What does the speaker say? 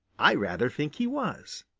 i rather think he was,